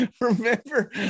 remember